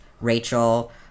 Rachel